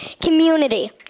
community